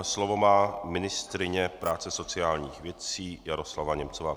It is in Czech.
Slovo má ministryně práce a sociálních věcí Jaroslava Němcová.